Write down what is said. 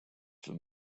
for